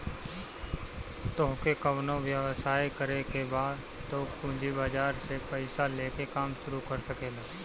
तोहके कवनो व्यवसाय करे के बा तअ पूंजी बाजार से पईसा लेके काम शुरू कर सकेलअ